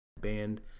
band